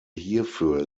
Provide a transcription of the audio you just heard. hierfür